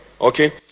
okay